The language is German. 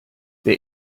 wer